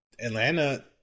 Atlanta